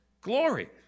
Glory